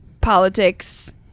politics